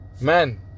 Man